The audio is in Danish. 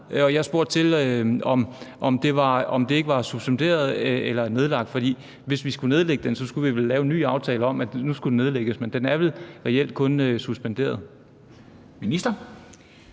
jeg spurgte ind til, om den var suspenderet eller nedlagt, for hvis vi skulle nedlægge den, skulle vi vel lave en ny aftale om, at nu skulle den nedlægges. Men den er vel reelt kun suspenderet.